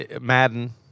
Madden